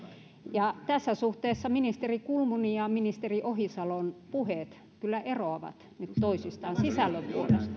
tapahdu tässä suhteessa ministeri kulmunin ja ministeri ohisalon puheet kyllä eroavat nyt toisistaan sisällön